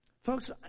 Folks